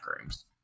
rooms